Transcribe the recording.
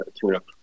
tune-up